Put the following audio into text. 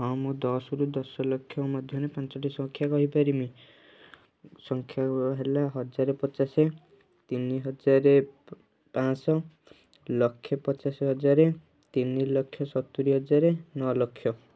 ହଁ ମୁଁ ଦଶ ରୁ ଦଶ ଲକ୍ଷ ମଧ୍ୟରେ ପାଞ୍ଚଟି ସଂଖ୍ୟା କହିପାରିମି ସଂଖ୍ୟା ଗୁରା ହେଲା ହଜାର ପଚାଶ ତିନି ହଜାର ପାଞ୍ଚଶହ ଲକ୍ଷେ ପଚାଶ ହଜାର ତିନିଲକ୍ଷ ସତୁରୀ ହଜାର ନଅ ଲକ୍ଷ